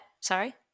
Sorry